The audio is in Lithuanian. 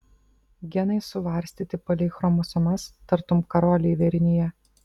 genai suvarstyti palei chromosomas tartum karoliai vėrinyje